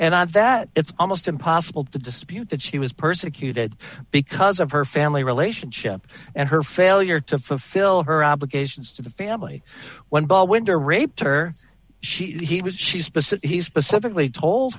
and that it's almost impossible to dispute that she was persecuted because of her family relationship and her failure to fulfill her obligations to the family when ball winder raped her she he was she specific